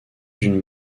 d’une